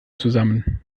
zusammen